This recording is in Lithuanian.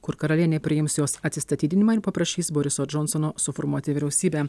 kur karalienė priims jos atsistatydinimą ir paprašys boriso džonsono suformuoti vyriausybę